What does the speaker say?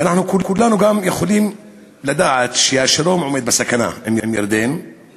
ואנחנו כולנו גם יכולים לדעת שהשלום עם ירדן נמצא בסיכון.